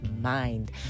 mind